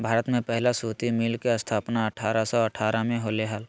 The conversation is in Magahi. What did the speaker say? भारत में पहला सूती मिल के स्थापना अठारह सौ अठारह में होले हल